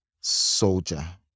Soldier